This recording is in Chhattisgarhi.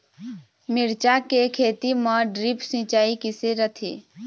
मिरचा के खेती म ड्रिप सिचाई किसे रथे?